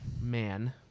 man